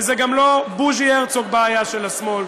וגם לא בוז'י הרצוג הוא בעיה של השמאל,